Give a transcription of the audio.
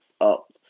up